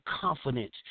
confidence